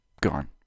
gone